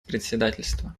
председательства